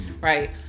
right